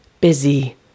busy